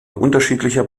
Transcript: unterschiedlicher